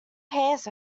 pears